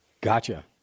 Gotcha